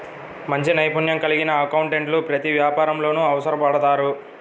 మంచి నైపుణ్యం కలిగిన అకౌంటెంట్లు ప్రతి వ్యాపారంలోనూ అవసరపడతారు